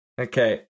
Okay